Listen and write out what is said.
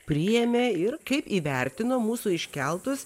priėmė ir kaip įvertino mūsų iškeltus